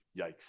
Yikes